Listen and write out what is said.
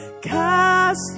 cast